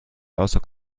außer